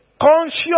Conscious